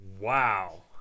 Wow